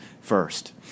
first